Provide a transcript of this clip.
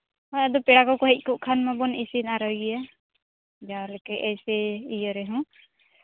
ᱦᱚᱸ ᱟᱫᱚ ᱯᱮᱲᱟ ᱠᱚᱠᱚ ᱦᱮᱡ ᱠᱚᱜ ᱠᱷᱟᱱ ᱢᱟᱵᱚᱱ ᱤᱥᱤᱱ ᱚᱨᱚᱭ ᱜᱮᱭᱟ ᱡᱟᱣᱞᱮᱠᱟ ᱮᱭᱥᱮ ᱤᱭᱟᱹ ᱨᱮᱦᱚᱸ